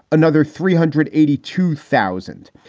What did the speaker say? another three hundred eighty two thousand.